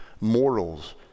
mortals